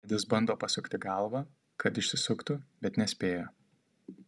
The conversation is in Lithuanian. edis bando pasukti galvą kad išsisuktų bet nespėja